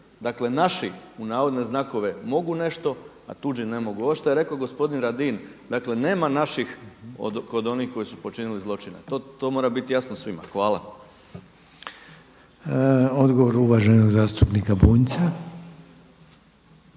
vremena. Dakle „naši“ mogu nešto, a tuđi ne mogu. Ovo što je rekao gospodin Radin, dakle nema naših kod onih koji su počinili zločine, to mora biti jasno svima. Hvala. **Reiner, Željko (HDZ)** Odgovor uvaženog zastupnika Bunjca.